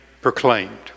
proclaimed